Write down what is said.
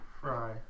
Fry